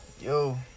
Yo